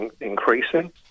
increasing